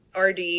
RD